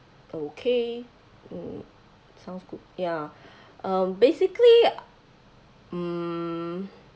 okay mm sounds good ya um basically mm